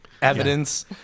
Evidence